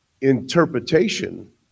interpretation